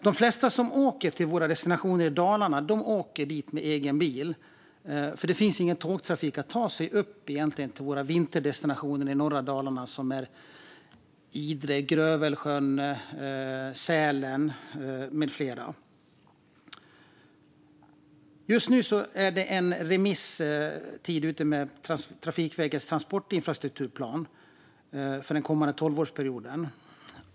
De flesta som åker till våra destinationer i Dalarna åker dit med egen bil, för det finns ingen tågtrafik att ta sig upp till våra vinterdestinationer i norra Dalarna med. Det gäller Idre, Grövelsjön, Sälen med flera. Just nu pågår remissrundan för Trafikverkets transportinfrastrukturplan för den kommande tolvårsperioden.